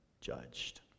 judged